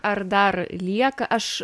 ar dar lieka aš